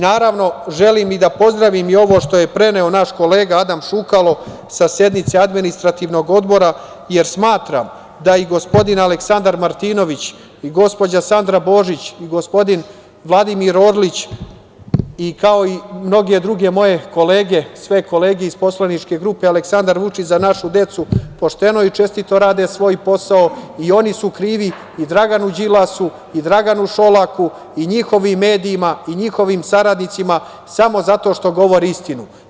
Naravno, želim da pozdravim i ovo što je preneo naš kolega Adam Šukalo, sa sednice Administrativnog odbora, jer smatram da i gospodin Aleksandar Martinović, gospođa Sandra Božić, gospodin Vladimir Orlić, kao i mnoge druge moje kolege, sve kolege iz poslaničke grupe Aleksandar Vučić – Za našu decu, pošteno i čestito rade svoj posao, i oni su krivi Draganu Đilasu, Draganu Šolaku, njihovim medijima i njihovim saradnicima, samo zato što govore istinu.